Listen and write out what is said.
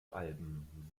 alben